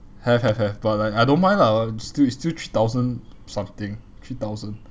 have have have but like I don't mind lah still it's still three thousand something three thousand